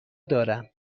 دارم